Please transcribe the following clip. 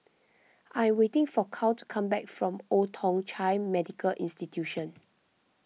I am waiting for Carl to come back from Old Thong Chai Medical Institution